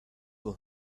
will